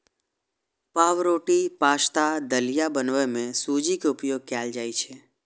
पावरोटी, पाश्ता, दलिया बनबै मे सूजी के उपयोग कैल जाइ छै